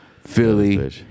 Philly